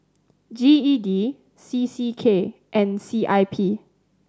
G E D C C K and C I P